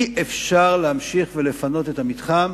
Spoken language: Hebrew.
אי-אפשר להמשיך ולפנות את המתחם,